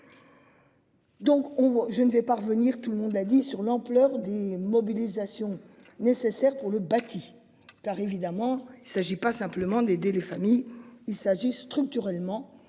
on, je ne vais pas revenir tout le monde a dit sur l'ampleur des mobilisations nécessaires pour le bâti tard évidemment il s'agit pas simplement d'aider les familles. Il s'agit structurellement